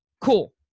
Cool